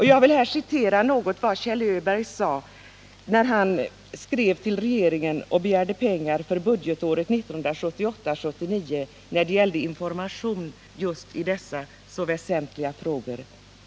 Jag vill här citera något av vad Kjell Öberg sade när han skrev till regeringen och begärde pengar för budgetåret 1978/79 till information just i dessa så väsentliga frågor.